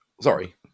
Sorry